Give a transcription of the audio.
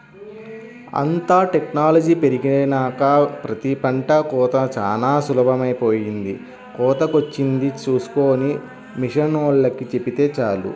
అంతా టెక్నాలజీ పెరిగినాక ప్రతి పంట కోతా చానా సులభమైపొయ్యింది, కోతకొచ్చింది చూస్కొని మిషనోల్లకి చెబితే చాలు